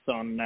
on